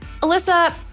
Alyssa